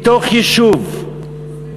מתוך יישוב,